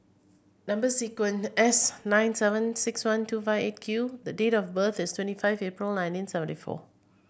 number sequined S nine seven six one two five Eight Q the date of birth is twenty five April nineteen seventy four